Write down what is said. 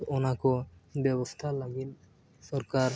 ᱚᱱᱟ ᱠᱚ ᱵᱮᱵᱚᱥᱛᱟ ᱞᱟᱹᱜᱤᱫ ᱥᱚᱨᱠᱟᱨ